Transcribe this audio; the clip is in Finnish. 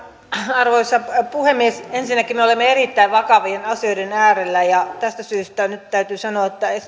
arvoisa puhemies ensinnäkin me olemme erittäin vakavien asioiden äärellä ja tästä syystä nyt täytyy sanoa